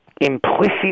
implicit